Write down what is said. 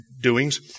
doings